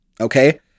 Okay